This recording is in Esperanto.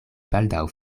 baldaŭ